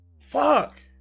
Fuck